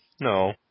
No